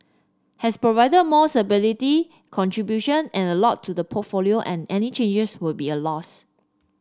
has provided more stability contribution and a lot to the portfolio and any changes would be a loss